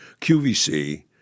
QVC